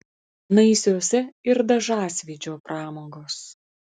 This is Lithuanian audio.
naisiuose ir dažasvydžio pramogos